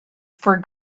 for